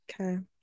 Okay